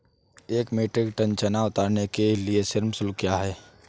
एक metric ton चना उतारने के लिए श्रम शुल्क क्या है?